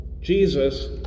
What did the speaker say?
Jesus